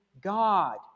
God